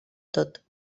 tot